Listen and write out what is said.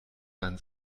sein